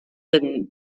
than